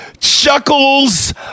Chuckles